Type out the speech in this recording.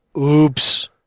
Oops